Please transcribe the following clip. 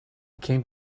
came